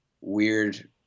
weird